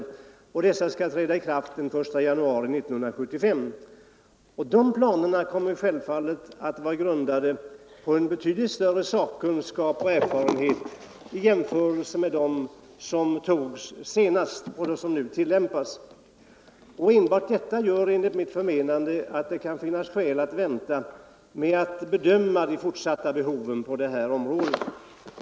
Dessa planer skall gälla fr.o.m. den 1 januari 1975 och de är självfallet grundade på betydligt större sakkunskap Omsorger om vissa och erfarenhet än de som antogs senast och som nu tillämpas. Enbart = psykiskt utveckdetta utgör enligt mitt förmenande skäl för att vänta med en bedömning = lingsstörda av behoven i fortsättningen på detta område.